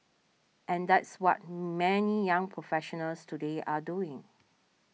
and that's what many young professionals today are doing